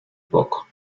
poco